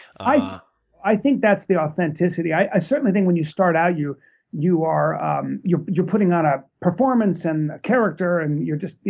i yeah i think that's the authenticity. i certainly think when you start out, you you are um you're you're putting on a performance and character, and you're just you